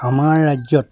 আমাৰ ৰাজ্যত